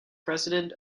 president